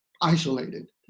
isolated